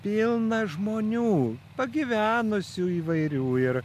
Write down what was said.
pilna žmonių pagyvenusių įvairių ir